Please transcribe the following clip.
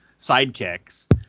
sidekicks